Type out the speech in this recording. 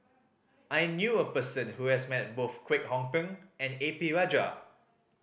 I knew a person who has met both Kwek Hong Png and A P Rajah